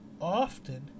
often